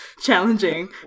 challenging